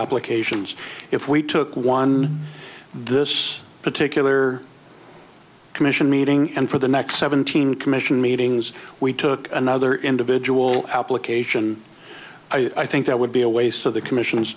applications if we took one this particular commission meeting and for the next seventeen commission meetings we took another individual application i think that would be a waste of the commission